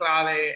clave